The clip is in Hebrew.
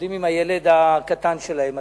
עומדים עם הילד הקטן שלהם,